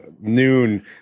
noon